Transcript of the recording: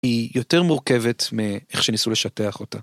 היא יותר מורכבת מאיך שניסו לשטח אותה.